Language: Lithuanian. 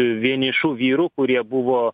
vienišų vyrų kurie buvo